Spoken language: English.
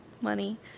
money